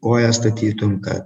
koją statytum kad